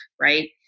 right